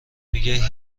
میگه